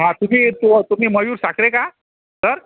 हां तुम्ही तो तुम्ही मयूर साखरे का सर